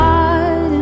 God